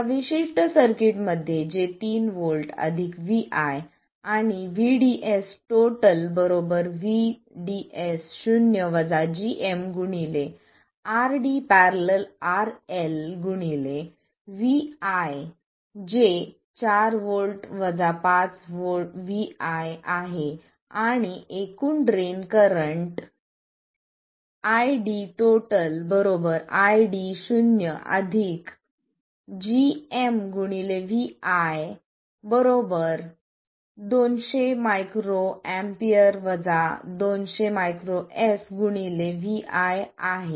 या विशिष्ट सर्किटमध्ये जे 3 व्होल्ट vi आणि VDS VDS0 gm RD ║RL vi जे 4 v 5 vi आहे आणि एकूण drain current ID ID0 gmvi 200 µA 200 µS vi आहे